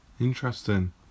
interesting